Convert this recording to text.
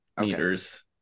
meters